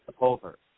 over